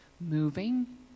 moving